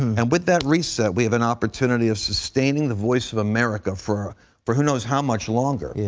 and with that reset, we have an opportunity of sustaining the voice of america for for who knows how much longer. yeah